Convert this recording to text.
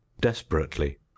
desperately